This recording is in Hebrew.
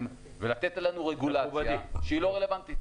ולתת לנו רגולציה שהיא לא רלוונטית.